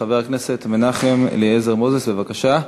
חבר הכנסת מנחם אליעזר מוזס, בבקשה.